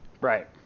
Right